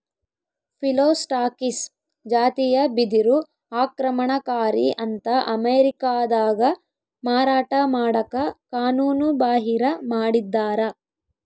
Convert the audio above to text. Phyllostachys ಜಾತಿಯ ಬಿದಿರು ಆಕ್ರಮಣಕಾರಿ ಅಂತ ಅಮೇರಿಕಾದಾಗ ಮಾರಾಟ ಮಾಡಕ ಕಾನೂನುಬಾಹಿರ ಮಾಡಿದ್ದಾರ